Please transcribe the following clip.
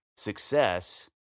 Success